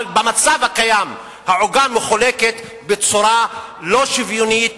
אבל במצב הקיים העוגה מחולקת בצורה לא שוויונית,